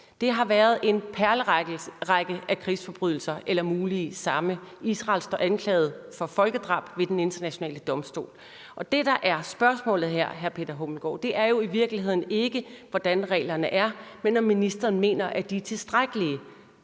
Det har været en perlerække af krigsforbrydelser eller mulige ditto. Israel står anklaget for folkedrab ved Den Internationale Domstol. Det, der er spørgsmålet her, justitsminister, er jo i virkeligheden ikke, hvordan reglerne er, men om ministeren mener, at de er tilstrækkelige